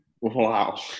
Wow